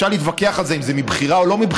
אפשר להתווכח על זה אם זה מבחירה או לא מבחירה,